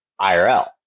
IRL